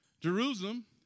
Jerusalem